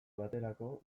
baterako